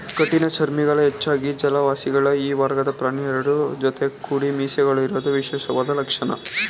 ಕಠಿಣಚರ್ಮಿಗಳು ಹೆಚ್ಚಾಗಿ ಜಲವಾಸಿಗಳು ಈ ವರ್ಗದ ಪ್ರಾಣಿ ಎರಡು ಜೊತೆ ಕುಡಿಮೀಸೆಗಳಿರೋದು ವಿಶೇಷವಾದ ಲಕ್ಷಣ